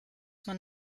man